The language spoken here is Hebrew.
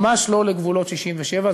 ממש לא לגבולות 67',